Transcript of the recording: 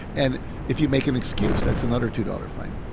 and if you make an excuse, that's another two dollars fine.